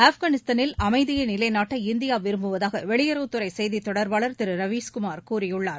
ஆப்கானிஸ்தானில் அமைதியை நிலைநாட்ட இந்தியா விரும்புவதாக வெளியுறவுத் துறை செய்தித்தொடர்பாளர் திரு ரவீஷ்குமார் கூறியுள்ளார்